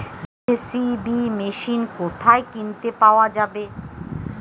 JCB machine কোথায় কিনতে পাওয়া যাবে?